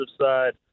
side